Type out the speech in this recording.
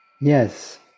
Yes